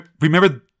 Remember